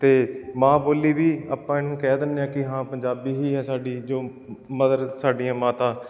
ਅਤੇ ਮਾਂ ਬੋਲੀ ਵੀ ਆਪਾਂ ਇਹਨੂੰ ਕਹਿ ਦਿੰਦੇ ਹਾਂ ਕਿ ਹਾਂ ਪੰਜਾਬੀ ਹੀ ਹੈ ਸਾਡੀ ਜੋ ਮਦਰ ਸਾਡੀਆਂ ਮਾਤਾ